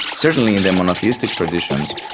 certainly in the monotheistic traditions,